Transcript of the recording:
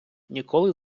ніколи